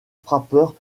frappeur